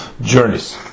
journeys